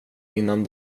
innan